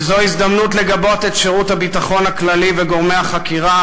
וזו הזדמנות לגבות את שירות הביטחון הכללי וגורמי החקירה,